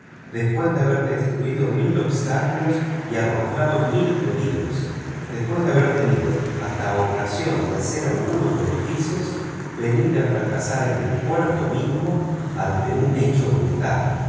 después de haber destruido mil obstáculos y arrostrado mil peligros después de haber tenido hasta ocasión de hacer algunos beneficios venir a fracasar en el puerto mismo ante un hecho brutal